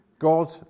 God